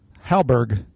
Halberg